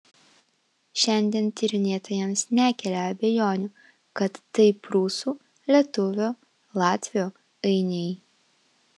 šiandien tyrinėtojams nekelia abejonių kad tai prūsų lietuvių latvių ainiai